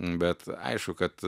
bet aišku kad